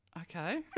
Okay